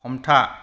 हमथा